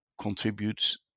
contributes